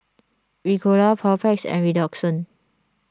Ricola Papulex and Redoxon